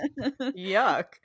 Yuck